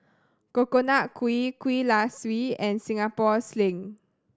Coconut Kuih Kuih Kaswi and Singapore Sling